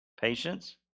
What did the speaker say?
Patience